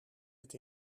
het